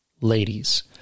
ladies